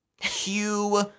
Hugh